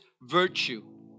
virtue